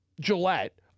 Gillette